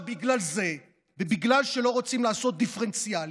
בגלל זה ובגלל שלא רוצים לעשות, דיפרנציאלי,